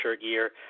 year